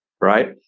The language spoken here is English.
right